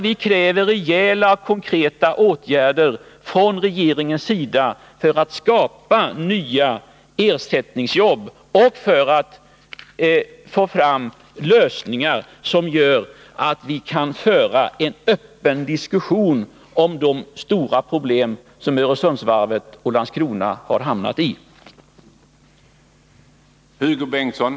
Vi kräver rejäla, konkreta åtgärder från regeringens sida för att skapa nya ersättningsjobb och för att få fram lösningar som gör att vi kan klara upp de stora problem som Öresundsvarvet och Landskronavarvet har råkat ut för.